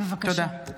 בבקשה.